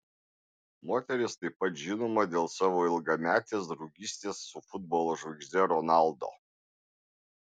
moteris taip pat žinoma dėl savo ilgametės draugystės su futbolo žvaigžde ronaldo